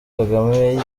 kagame